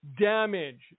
Damage